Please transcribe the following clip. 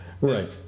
right